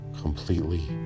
completely